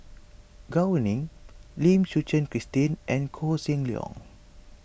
Gao Ning Lim Suchen Christine and Koh Seng Leong